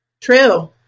True